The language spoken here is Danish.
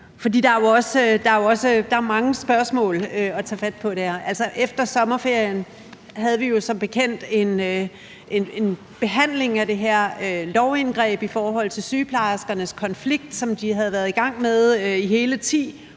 der er mange spørgsmål at tage fat på der. Efter sommerferien havde vi jo som bekendt en behandling af det her lovindgreb i sygeplejerskernes konflikt, som de havde været i gang med i hele 10